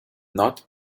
not